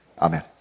Amen